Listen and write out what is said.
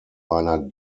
einer